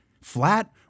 Flat